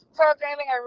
programming